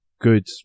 good